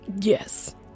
Yes